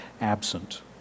absent